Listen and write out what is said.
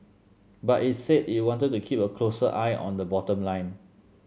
but it's said it wanted to keep a closer eye on the bottom line